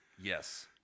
yes